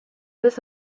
this